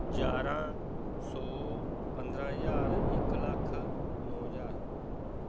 ਗਿਆਰਾਂ ਸੌ ਪੰਦਰਾਂ ਹਜ਼ਾਰ ਇਕ ਲੱਖ ਨੌਂ ਹਜ਼ਾਰ